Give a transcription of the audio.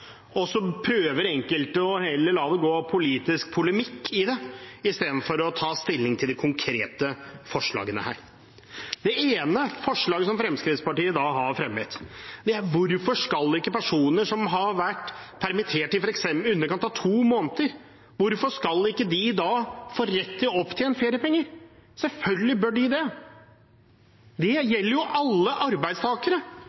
Og så prøver enkelte å heller la det gå politisk polemikk i det i stedet for å ta stilling til de konkrete forslagene her. Det ene forslaget Fremskrittspartiet har fremmet, gjelder hvorfor personer som har vært permittert i underkant av to måneder, ikke skal få rett til å opptjene feriepenger. Selvfølgelig bør de det. Alle arbeidstakere som har jobbet i f.eks. syv uker, får jo feriepengeopptjening av det.